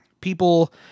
people